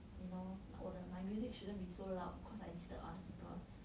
you know like 我的 my music shouldn't be so loud cause I disturb other people